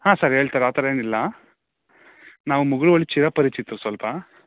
ಹಾಂ ಸರ್ ಹೇಳ್ತಾರೆ ಆ ಥರ ಏನಿಲ್ಲ ನಾವು ಮುಗುಳುವಳ್ಳಿ ಚಿರಪರಿಚಿತ್ರು ಸ್ವಲ್ಪ